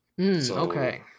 Okay